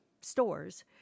stores